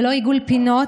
ללא עיגול פינות,